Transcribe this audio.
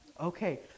Okay